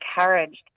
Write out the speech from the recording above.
encouraged